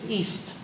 east